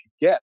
get